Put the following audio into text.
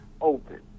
open